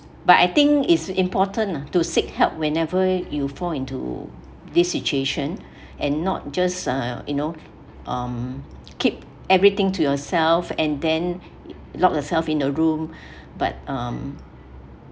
but I think is important lah to seek help whenever you fall into this situation and not just uh you know um keep everything to yourself and then locked yourself in the room but um